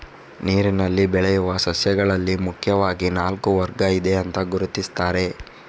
ನೀರಿನಲ್ಲಿ ಬೆಳೆಯುವ ಸಸ್ಯಗಳಲ್ಲಿ ಮುಖ್ಯವಾಗಿ ನಾಲ್ಕು ವರ್ಗ ಇದೆ ಅಂತ ಗುರುತಿಸ್ತಾರೆ